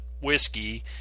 whiskey